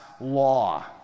law